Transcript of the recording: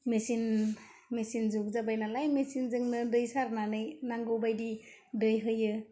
मिसिन machine जुग जाबाय नालाय मिसिनजोंनो दै सारनानै नांगौ बायदि दै होयो